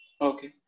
Okay